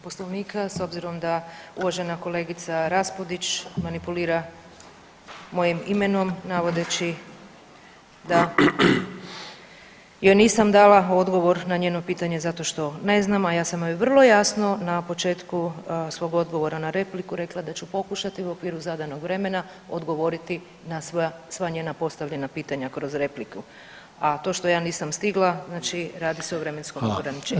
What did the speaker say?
Poslovnika s obzirom da uvažena kolegica RAspudić manipulira mojim imenom navodeći da joj nisam dala odgovor na njeno pitanje zato što ne znam, a ja sam joj vrlo jasno na početku svog odgovora na repliku rekla da ću pokušati u okviru zadanog vremena odgovoriti na sva njena postavljena pitanja kroz repliku, a to što ja nisam stigla, znači radi se o vremenskom ograničenju.